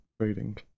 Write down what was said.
trading